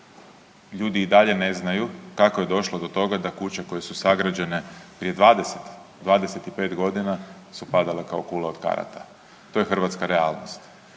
ljudi i dalje ne znaju kako je došlo do toga da kuće koje su sagrađene prije 20, 25 godina su padale kao kule od karata. To je hrvatska realnost.